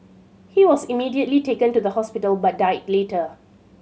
he was immediately taken to the hospital but died later